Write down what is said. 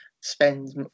spends